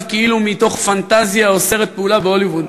כאילו מתוך פנטזיה או סרט פעולה בהוליווד.